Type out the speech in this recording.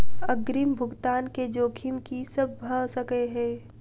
अग्रिम भुगतान केँ जोखिम की सब भऽ सकै हय?